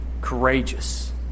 courageous